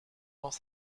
dans